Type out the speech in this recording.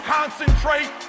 concentrate